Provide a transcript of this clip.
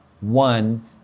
one